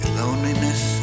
loneliness